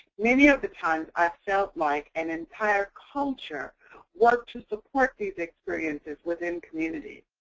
many of the times, i felt like an entire culture worked to support these experiences within communities.